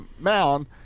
mound